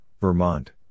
Vermont